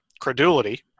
credulity